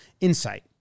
insight